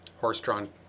horse-drawn